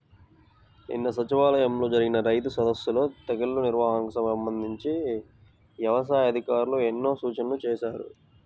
నిన్న సచివాలయంలో జరిగిన రైతు సదస్సులో తెగుల్ల నిర్వహణకు సంబంధించి యవసాయ అధికారులు ఎన్నో సూచనలు చేశారు